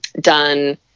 done